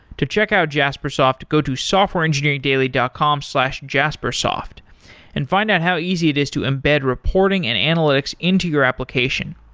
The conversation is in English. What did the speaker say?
to check out jaspersoft, go to softwareengineeringdaily dot com slash jaspersoft and find out how easy it is to embed reporting and analytics into your application.